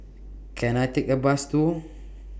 Can I Take A Bus to